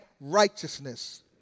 righteousness